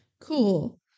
Cool